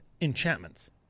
enchantments